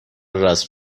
رسم